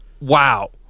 wow